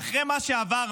אחרי מה שעברנו,